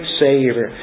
Savior